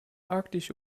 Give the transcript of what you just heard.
arktische